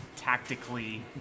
tactically